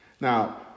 Now